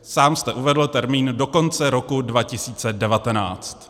Sám jste uvedl termín do konce roku 2019.